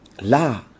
La